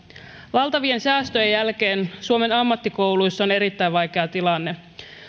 valtavien säästöjen jälkeen suomen ammattikouluissa on erittäin vaikea tilanne